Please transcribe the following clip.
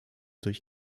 durch